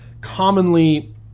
commonly